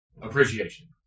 appreciation